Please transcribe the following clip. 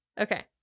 okay